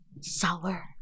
sour